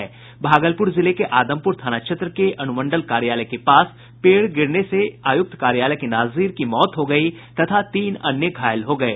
भागलपुर जिले के आदमपुर थाना क्षेत्र के अनुमंडल कार्यालय के पास पेड़ गिरने से आयुक्त कार्यालय के नाजिर की मौत हो गयी तथा तीन अन्य घायल हो गये